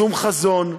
שום חזון.